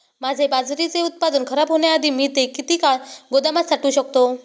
माझे बाजरीचे उत्पादन खराब होण्याआधी मी ते किती काळ गोदामात साठवू शकतो?